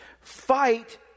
fight